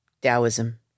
Taoism